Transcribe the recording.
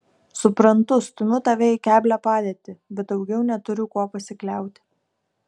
suprantu stumiu tave į keblią padėtį bet daugiau neturiu kuo pasikliauti